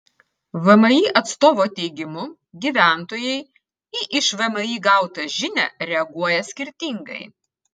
vmi atstovo teigimu gyventojai į iš vmi gautą žinią reaguoja skirtingai